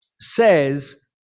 says